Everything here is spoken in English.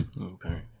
Okay